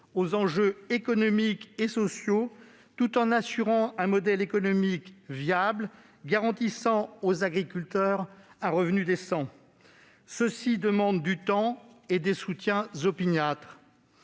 aux enjeux écologiques et sociaux, tout en assurant un modèle économique viable qui garantisse aux agriculteurs un revenu décent. Cela demande du temps et des soutiens opiniâtres.